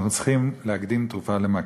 אנחנו צריכים להקדים תרופה למכה,